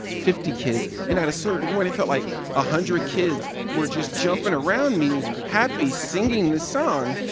fifty kids and at a certain point, it felt like a hundred kids, were just jumping around me, happy, singing this song.